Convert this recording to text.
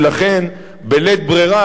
ולכן בלית ברירה,